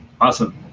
Awesome